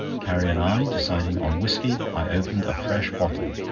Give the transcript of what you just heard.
carrie and i deciding on whisky, i opened a fresh bottle